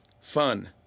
Fun